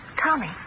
Tommy